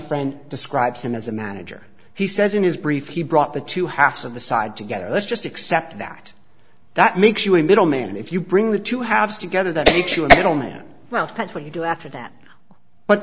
friend describes him as a manager he says in his brief he brought the two halves of the side together let's just accept that that makes you a middleman if you bring the two halves together that makes you at all man that's what you do after that but